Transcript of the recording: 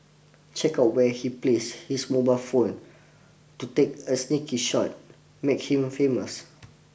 check out where he place his mobile phone to take a sneaky shot make him famous